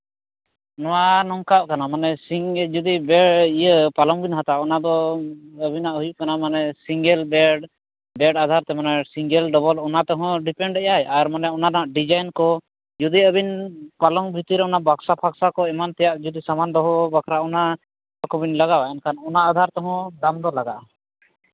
ᱱᱚᱣᱟ ᱱᱚᱝᱠᱟᱜ ᱠᱟᱱᱟ ᱢᱟᱱᱮ ᱥᱤᱧ ᱜᱮ ᱡᱩᱫᱤ ᱯᱟᱞᱚᱝ ᱵᱤᱱ ᱦᱟᱛᱟᱣᱟ ᱚᱱᱟ ᱫᱚ ᱟᱹᱵᱤᱱᱟᱜ ᱦᱩᱭᱩᱜ ᱠᱟᱱᱟ ᱢᱟᱱᱮ ᱥᱤᱝᱜᱮᱞ ᱵᱮᱰ ᱵᱮᱰ ᱟᱫᱷᱟᱨ ᱛᱮ ᱢᱟᱱᱮ ᱥᱤᱝᱜᱮᱞ ᱰᱚᱵᱚᱞ ᱚᱱᱟ ᱛᱮᱦᱚᱸ ᱰᱤᱯᱮᱱᱰᱚᱜ ᱟᱭ ᱟᱨ ᱢᱟᱱᱮ ᱚᱱᱟ ᱨᱮᱱᱟᱜ ᱰᱤᱡᱟᱭᱤᱱ ᱠᱚ ᱡᱩᱫᱤ ᱟᱹᱵᱤᱱ ᱯᱟᱞᱚᱝ ᱵᱷᱤᱛᱨᱤ ᱨᱮ ᱵᱟᱠᱥᱚ ᱯᱷᱟᱠᱥᱚ ᱠᱚ ᱮᱢᱟᱱ ᱛᱮᱭᱟᱜ ᱡᱩᱫᱤ ᱥᱟᱢᱟᱱ ᱫᱚᱦᱚ ᱵᱟᱠᱷᱨᱟ ᱚᱱᱟ ᱠᱚᱵᱤᱱ ᱞᱟᱜᱟᱣᱟ ᱮᱱᱠᱷᱟᱱ ᱚᱱᱟ ᱟᱫᱷᱟᱨ ᱛᱮᱦᱚᱸ ᱫᱟᱢ ᱫᱚ ᱞᱟᱜᱟᱜᱼᱟ